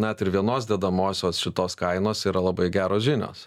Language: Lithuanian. net ir vienos dedamosios šitos kainos yra labai geros žinios